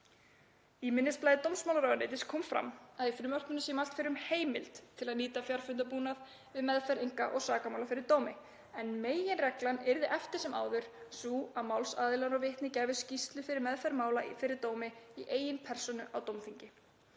Í minnisblaði dómsmálaráðuneytis kom fram að í frumvarpinu sé mælt fyrir um heimild til að nýta fjarfundarbúnað við meðferð einka- og sakamála fyrir dómi en meginreglan yrði eftir sem áður sú að málsaðilar og vitni gefi skýrslu við meðferð mála fyrir dómi í eigin persónu á dómþingi.